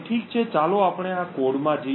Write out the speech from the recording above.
ઠીક છે ચાલો આપણે આ કોડમાં જઈએ